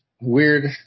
weird